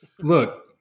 Look